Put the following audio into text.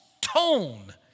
tone